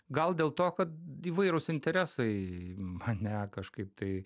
gal dėl to kad įvairūs interesai mane kažkaip tai